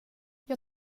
jag